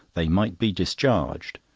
they might be discharged.